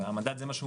זה מה שהמדד מייצג.